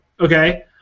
Okay